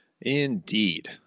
indeed